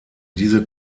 diese